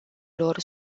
lor